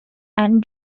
and